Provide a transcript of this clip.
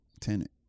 tenant